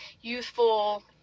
youthful